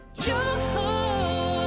joy